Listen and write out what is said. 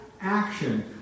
action